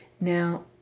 Now